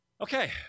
Okay